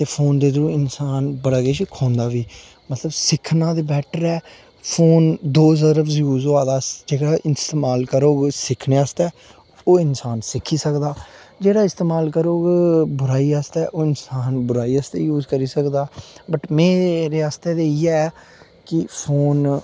ते फोन दे थ्रू इंसान बड़ा किश खोंदा बी मतलब सिक्खना ते बेटर ऐ फोन दो जरब यूज़ होआ दा जेह्ड़ा इस्तेमाल करोग सिक्खने आस्तै ओह् इंसान सिक्खी सकदा जेह्ड़ा इस्तेमाल करोग बुराई आस्तै ओह् इंंसान बुराई आस्तै यूज़ करी सकदा वट् मेरे आस्तै ते इ'यै कि फोन